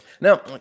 Now